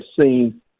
seen